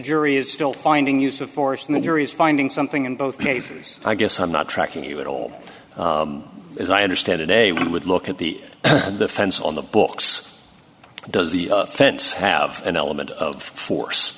jury is still finding use of force and the jury's finding something in both cases i guess i'm not tracking you at all as i understand today one would look at the the fence on the books does the fence have an element of force